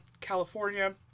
California